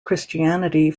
christianity